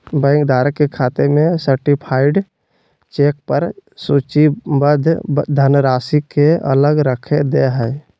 bank धारक के खाते में सर्टीफाइड चेक पर सूचीबद्ध धनराशि के अलग रख दे हइ